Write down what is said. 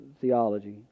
theology